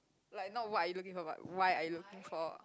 like not what are you looking for but why are you looking for